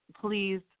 Please